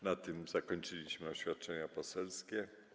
Na tym zakończyliśmy oświadczenia poselskie.